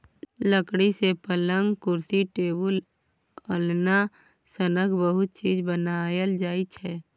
लकड़ी सँ पलँग, कुरसी, टेबुल, अलना सनक बहुत चीज बनाएल जाइ छै